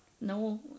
no